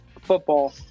football